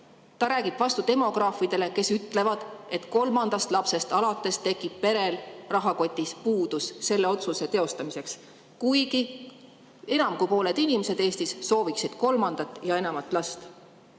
Ta räägib vastu demograafidele, kes ütlevad, et kolmandast lapsest alates tekib perel rahakotis puudus selle [lapse saamise] otsuse teostamiseks, kuigi enam kui pooled inimesed Eestis sooviksid kolmandat ja enamat last.